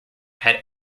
had